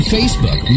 Facebook